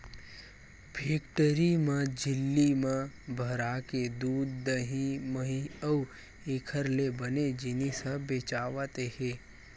factory म झिल्ली म भराके दूद, दही, मही अउ एखर ले बने जिनिस ह बेचावत हे